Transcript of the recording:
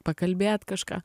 pakalbėt kažką